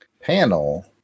Panel